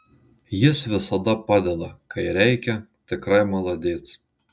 jis visada padeda kai reikia tikrai maladėc